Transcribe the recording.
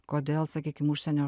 kodėl sakykim užsienio